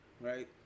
right